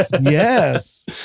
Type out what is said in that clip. Yes